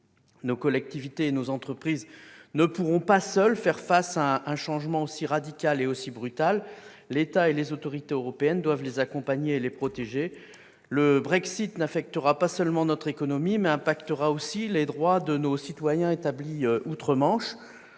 Nos collectivités et nos entreprises ne pourront pas seules faire face à un changement aussi radical et brutal. L'État et les autorités européennes doivent les accompagner et les protéger. Le Brexit n'affectera pas seulement notre économie : il impactera aussi les droits de nos citoyens établis outre-Manche,